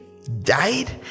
Died